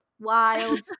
wild